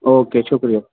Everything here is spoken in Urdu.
اوکے شکریہ